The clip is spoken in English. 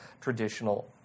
traditional